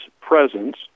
presence